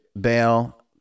bail